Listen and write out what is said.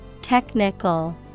Technical